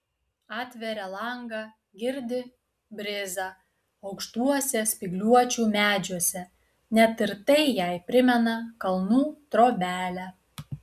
atveria langą girdi brizą aukštuose spygliuočių medžiuose net ir tai jai primena kalnų trobelę